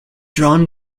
drawn